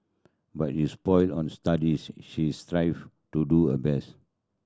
but it sport on studies she strive to do her best